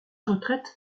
retraite